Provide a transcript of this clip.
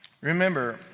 Remember